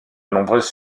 nombreuses